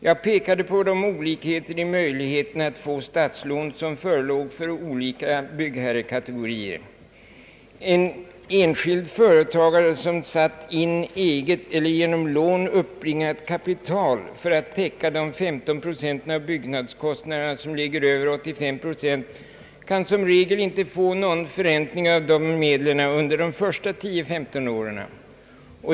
Jag pekade på de olikheter i möjligheterna att få statslån som förelåg för olika byggherrekategorier. En enskild företagare som satt in eget eller genom lån uppbringat kapital för att täcka de 15 procent av byggnadskostnaderna, som ligger över 85 procent, kan som regel inte få någon förräntning av dessa medel under de första tio till femton åren.